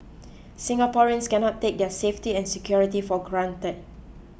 Singaporeans cannot take their safety and security for granted